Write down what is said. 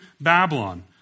Babylon